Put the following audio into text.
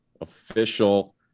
official